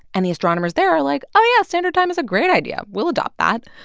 and the astronomers there are like, oh, yeah, standard time is a great idea we'll adopt that.